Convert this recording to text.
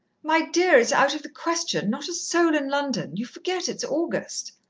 my dear, it's out of the question. not a soul in london you forget it's august.